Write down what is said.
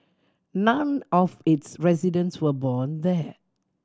none of its residents were born there